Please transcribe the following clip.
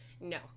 No